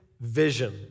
vision